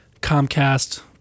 Comcast